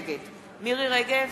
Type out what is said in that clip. נגד מירי רגב,